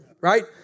Right